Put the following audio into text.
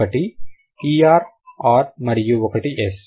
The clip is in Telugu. ఒకటి er ఆర్ మరియు ఒకటి s